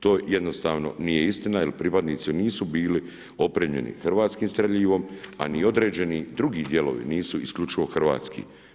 To jednostavno nije istina jer pripadnici nisu bili opremljeni hrvatskim streljivom, a ni određeni drugi dijelovi nisu isključivo hrvatski.